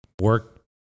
work